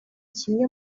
kimwe